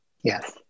yes